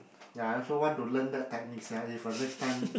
ya I also want to learn the technique sia if uh next time